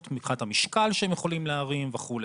מבחינת המשקל שהם יכולים להרים וכולי.